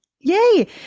Yay